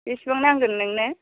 बेसेबां नांगोन नोंनो